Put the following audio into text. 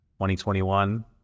2021